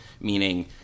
meaning